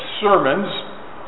sermons